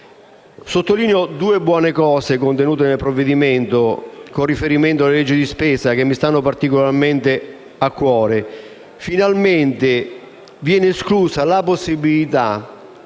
Sottolineo due buone cose contenute nel provvedimento, con riferimento alla legge di spesa, che mi stanno particolarmente a cuore. Finalmente viene esclusa la possibilità